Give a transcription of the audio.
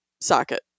socket